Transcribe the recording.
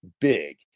big